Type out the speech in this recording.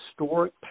historic